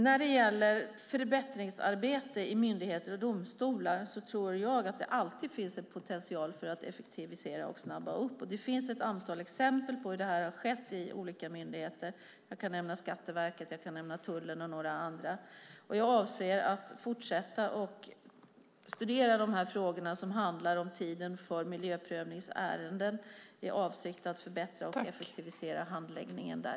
När det gäller förbättringsarbete i myndigheter och domstolar tror jag att det alltid finns en potential för att effektivisera och snabba upp. Det finns ett antal exempel på hur detta har skett i olika myndigheter. Jag kan nämna Skatteverket, tullen och några andra. Jag avser att fortsätta studera de frågor som handlar om tiden för miljöprövningsärenden i avsikt att förbättra och effektivisera handläggningen där.